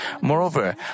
Moreover